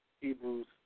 Hebrews